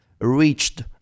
reached